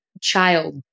child